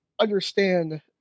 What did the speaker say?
understand